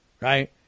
right